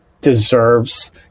deserves